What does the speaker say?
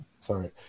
sorry